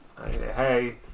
hey